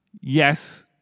yes